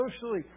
socially